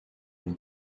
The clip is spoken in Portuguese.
uma